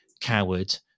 coward